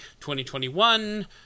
2021